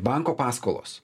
banko paskolos